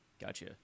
Gotcha